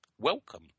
Welcome